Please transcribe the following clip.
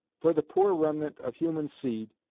for the poor remnant of human seed,